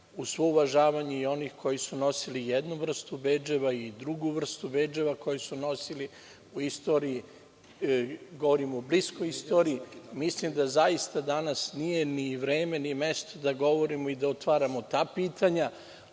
uz svo uvažavanje onih koji su nosili jednu vrstu bedževa i drugu vrstu bedževa, koji su nosili u istoriji, govorim u bliskoj istoriji, mislim da danas nije ni vreme ni mesto da govorimo, da otvaramo ta pitanja,